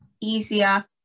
easier